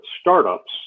startups